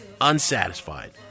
unsatisfied